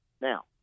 now